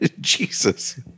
Jesus